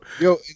Yo